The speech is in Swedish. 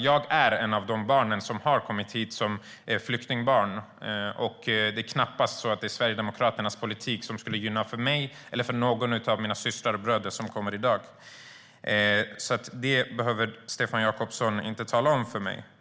Jag är ett av de barn som har kommit hit som flyktingar, och det är knappast så att Sverigedemokraternas politik skulle ha gynnat mig eller kommer att gynna någon av mina systrar och bröder som kommer i dag. Det behöver du alltså inte tala om för mig.